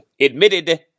admitted